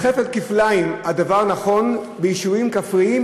כפל-כפליים הדבר נכון ביישובים כפריים,